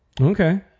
Okay